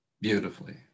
beautifully